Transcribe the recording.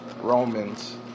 Romans